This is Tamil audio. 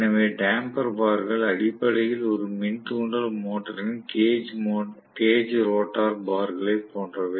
எனவே டம்பர் பார்கள் அடிப்படையில் ஒரு மின் தூண்டல் மோட்டரின் கேஜ் ரோட்டார் பார்களை போன்றவை